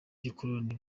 gikoloni